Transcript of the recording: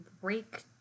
break